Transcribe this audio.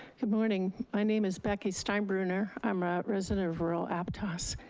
good morning, my name is becky steinbruner. i'm a resident of rural aptos.